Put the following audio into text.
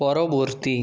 পরবর্তী